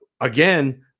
again